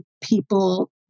people